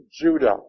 Judah